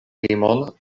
limon